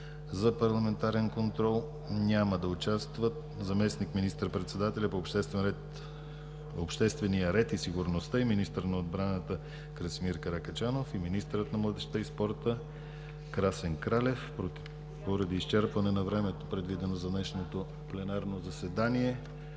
за парламентарен контрол няма да участват заместник министър председателят по обществения ред и сигурността и министър на отбраната Красимир Каракачанов и министърът на младежта и спорта Красен Кралев. Поради изчерпване на времето, предвидено за днешното пленарно заседание,